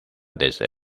desde